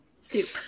soup